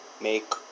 make